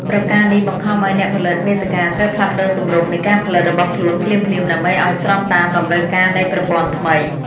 ប្រការនេះបង្ខំឱ្យអ្នកផលិតមាតិកាត្រូវផ្លាស់ប្តូរទម្រង់នៃការផលិតរបស់ខ្លួនភ្លាមៗ ដើម្បីឱ្យស្របតាមតម្រូវការនៃប្រព័ន្ធថ្មី។